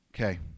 Okay